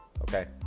Okay